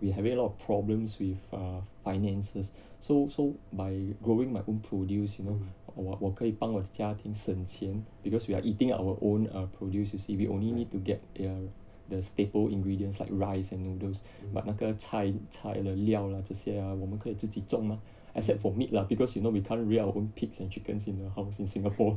we having a lot of problems with err finances so so by growing my own produce you know 我我可以帮我的家庭省钱 because we are eating our own err produce you see we only need to get the staple ingredients like rice and noodles but 那个菜菜了料这些啊我们可以自己种吗 except for meat lah because you know we can't rear our own pigs and chickens in the house in singapore